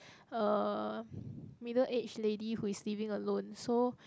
a middle aged lady who is living alone so